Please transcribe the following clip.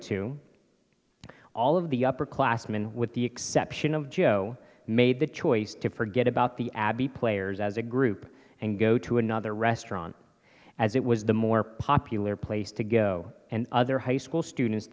to all of the upper classmen with the exception of joe made the choice to forget about the abbey players as a group and go to another restaurant as it was the more popular place to go and other high school students